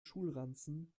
schulranzen